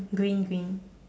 green twin